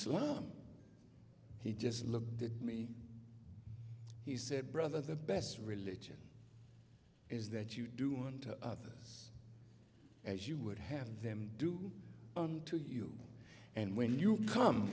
d he just looked at me he said brother the best religion is that you do unto others as you would have them do unto you and when you